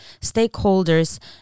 stakeholders